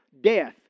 death